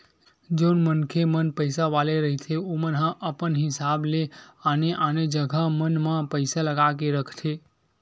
जउन मनखे मन पइसा वाले रहिथे ओमन ह अपन हिसाब ले आने आने जगा मन म पइसा लगा के रखथे